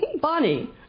Bonnie